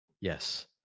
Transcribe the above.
Yes